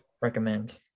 recommend